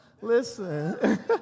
Listen